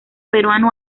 peruano